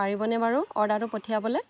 পাৰিব নে বাৰু অৰ্ডাৰটো পঠিয়াবলৈ